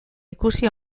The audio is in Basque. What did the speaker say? ikusi